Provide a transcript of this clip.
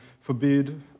forbid